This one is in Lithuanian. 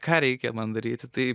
ką reikia man daryti tai